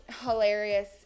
hilarious